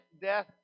death